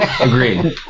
Agreed